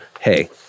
hey